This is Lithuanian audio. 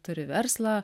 turi verslą